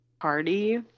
party